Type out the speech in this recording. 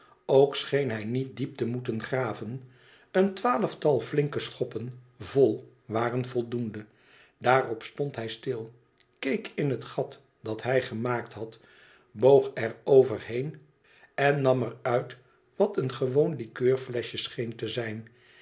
ook scheen hij niet diep te moeten graven een twaalftal flinke schoppen vol waren voldoende daarop stond hij stil keek in het gat dat hij gemaakt had boog er overheen en nam er uit wat een gewoon likeurfleschje scheen te zijn